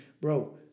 bro